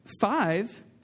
five